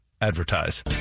Advertise